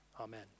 Amen